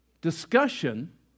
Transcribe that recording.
discussion